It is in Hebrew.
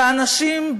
באנשים,